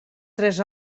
tres